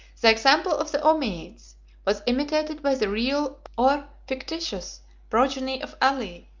the example of the ommiades was imitated by the real or fictitious progeny of ali,